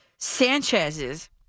Sanchez's